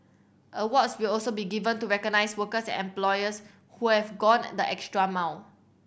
awards will also be given to recognise workers and employers who have gone the extra mile